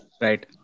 Right